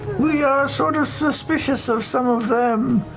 we are sort of suspicious of some of them.